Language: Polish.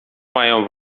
mają